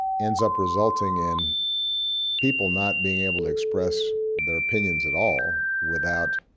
ends up resulting in people not being able to express their opinions at all without